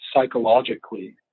psychologically